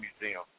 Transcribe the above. Museum